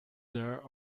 their